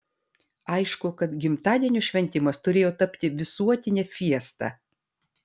aišku kad gimtadienio šventimas turėjo tapti visuotine fiesta